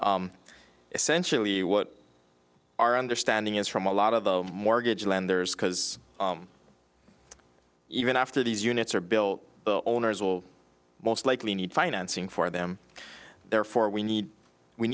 contacts essentially what our understanding is from a lot of the mortgage lenders because even after these units are built the owners will most likely need financing for them therefore we need we